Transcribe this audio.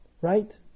Right